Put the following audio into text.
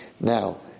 now